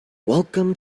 welcome